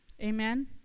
Amen